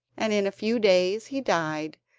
and in a few days he died,